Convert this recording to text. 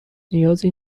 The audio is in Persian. نیازی